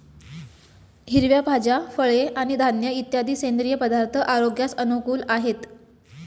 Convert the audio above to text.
हिरव्या भाज्या, फळे आणि धान्य इत्यादी सेंद्रिय पदार्थ आरोग्यास अनुकूल आहेत